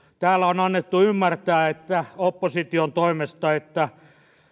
täällä on annettu ymmärtää opposition toimesta että